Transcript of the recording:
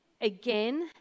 again